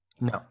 No